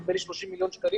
נדמה לי 30 מיליון שקלים